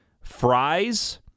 fries